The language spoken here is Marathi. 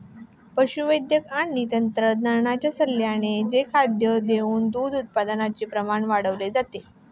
पशुवैद्यक आणि तज्ञांच्या सल्ल्याने ते खाद्य देऊन दूध उत्पादनाचे प्रमाण वाढवले जाते